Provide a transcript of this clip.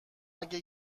اگه